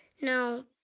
no,